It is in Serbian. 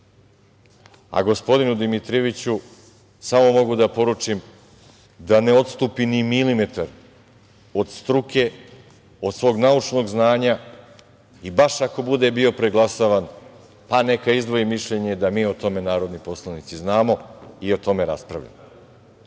saveta. Gospodinu Dimitrijeviću samo mogu da poručim da ne odstupi ni milimetar od struke, od svog naučnog znanja i baš ako bude bio preglasavan, pa neka izdvoji mišljenje da mi o tome narodni poslanici znamo i o tome raspravljamo. Naravno,